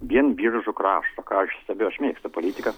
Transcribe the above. vien biržų krašto ką aš stebiu aš mėgstu politiką